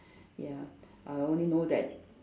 ya I only know that